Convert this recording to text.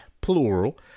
plural